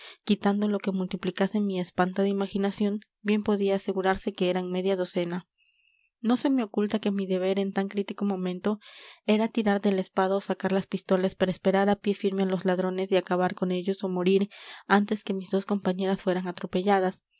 quitando lo que multiplicase mi espantada imaginación bien podía asegurarse que eran media docena no se me oculta que mi deber en tan crítico momento era tirar de la espada o sacar las pistolas para esperar a pie firme a los ladrones y acabar con ellos o morir antes que mis dos compañeras fueran atropelladas